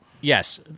Yes